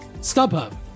StubHub